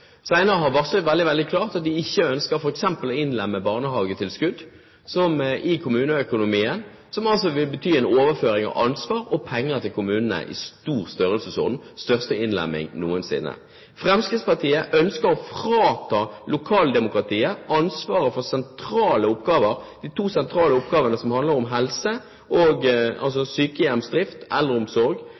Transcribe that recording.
Fremskrittspartiet har varslet helt klart at de f.eks. ikke ønsker å innlemme barnehagetilskudd i kommuneøkonomien, som altså vil bety en overføring av ansvar og penger til kommunene i stor størrelsesorden – den største innlemming noensinne. Fremskrittspartiet ønsker å frata lokaldemokratiet ansvaret for sentrale oppgaver – sykehjemsdrift, eldreomsorg